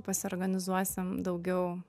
pasiorganizuosim daugiau